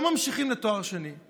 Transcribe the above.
לא ממשיכים לתואר שני.